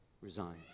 Resign